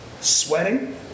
Sweating